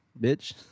Bitch